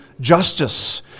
justice